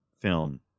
film